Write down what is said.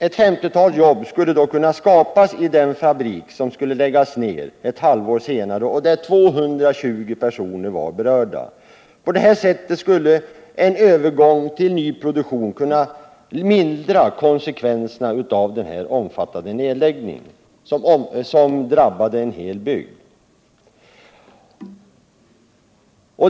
Ett femtiotal jobb skulle då kunna skapas i den fabrik som skulle läggas ned ett halvår senare och där 220 personer var berörda. En övergång till ny produktion skulle kunna mildra konsekvenserna av denna omfattande nedläggning, som drabbade en hel bygd.